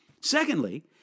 Secondly